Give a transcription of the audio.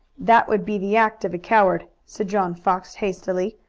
that would be the act of a coward, said john fox, hastily,